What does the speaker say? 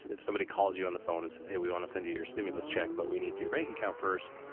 if somebody calls you on the phone and says, hey, we want to send you your stimulus check, but we need your bank account first,